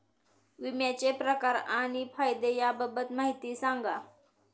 विम्याचे प्रकार आणि फायदे याबाबत माहिती सांगा